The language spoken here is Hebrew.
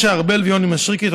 למשה ארבל ויוני משריקי.